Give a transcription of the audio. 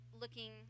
looking